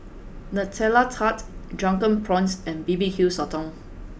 Nutella Tart Drunken Prawns and B B Q Sotong